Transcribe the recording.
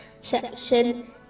section